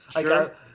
Sure